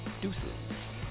Deuces